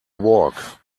walk